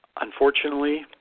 Unfortunately